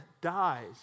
dies